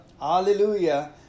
hallelujah